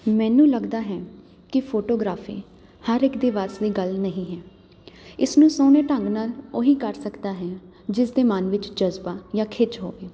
ਮੈਨੂੰ ਲੱਗਦਾ ਹੈ ਕਿ ਫੋਟੋਗ੍ਰਾਫੀ ਹਰ ਇੱਕ ਦੇ ਵਸ ਦੀ ਗੱਲ ਨਹੀਂ ਹੈ ਇਸਨੂੰ ਸੋਹਣੇ ਢੰਗ ਨਾਲ ਉਹੀ ਕਰ ਸਕਦਾ ਹੈ ਜਿਸ ਦੇ ਮਨ ਵਿੱਚ ਜਜ਼ਬਾ ਜਾਂ ਖਿੱਚ ਹੋਵੇ